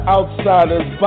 Outsiders